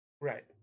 Right